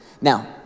Now